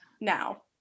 now